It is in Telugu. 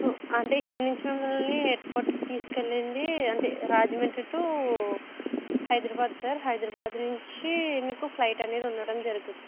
అంటే ఇక్కడి నించి మిమ్మల్ని ఎయిర్పోర్ట్కి తీసుకెళ్లింది అంటే రాజమండ్రి టూ హైదరాబాద్ సార్ హైదరాబాద్ నుంచి మీకు ఫ్లైట్ అనేది ఉండడం జరుగుద్ది